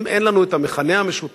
אם אין לנו את המכנה המשותף,